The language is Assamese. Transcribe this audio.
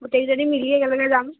গোটেইকেইজনী মিলি একেলগে যাম